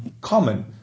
common